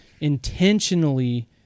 intentionally